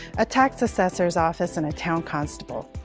a tax assessor's office and a town constable.